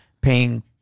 paying